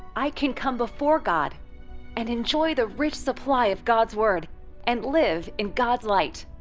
i can come before god and enjoy the rich supply of god's word and live in god's light.